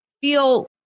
feel